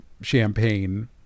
champagne